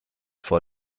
vor